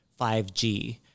5G